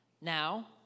Now